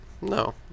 No